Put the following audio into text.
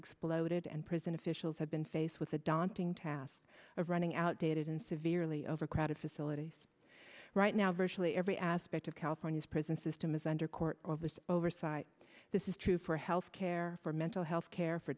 exploded and prison officials have been faced with a daunting task of running outdated and severely overcrowded facilities right now virtually every aspect of california's prison system is under court oversight this is true for health care for mental health care for